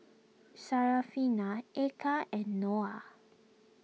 Syarafina Eka and Noah